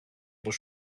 που